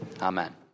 Amen